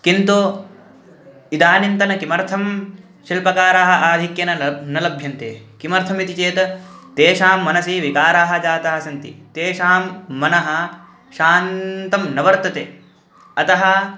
किन्तु इदानीन्तन किमर्थं शिल्पकाराः आधिक्येन न ल न लभ्यन्ते किमर्थमिति चेत् तेषां मनसि विकाराः जाताः सन्ति तेषां मनः शान्तं न वर्तते अतः